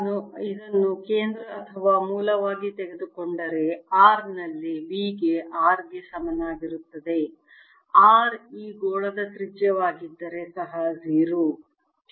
ನಾನು ಇದನ್ನು ಕೇಂದ್ರ ಅಥವಾ ಮೂಲವಾಗಿ ತೆಗೆದುಕೊಂಡರೆ r ನಲ್ಲಿ V ಗೆ R ಗೆ ಸಮನಾಗಿರುತ್ತದೆ R ಈ ಗೋಳದ ತ್ರಿಜ್ಯವಾಗಿದ್ದರೆ ಸಹ 0 V r R 0